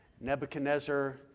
Nebuchadnezzar